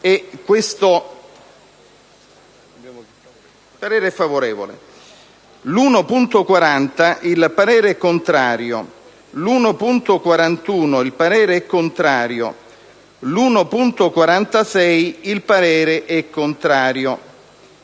il parere è favorevole